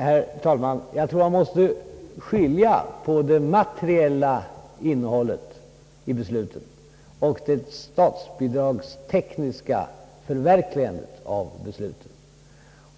Herr talman! Jag tror att man måste skilja på det materiella innehållet i besluten och det bidragstekniska förverkligandet av dem.